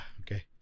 Okay